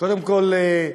קודם כול,